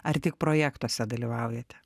ar tik projektuose dalyvaujate